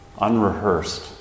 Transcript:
unrehearsed